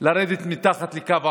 לרדת מתחת לקו העוני.